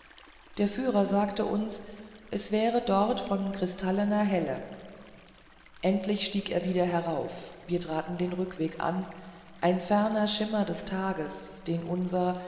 der führer sagte uns es wäre dort von kristallener helle endlich stieg er wieder herauf wir traten den rückweg an ein ferner schimmer des tages den unser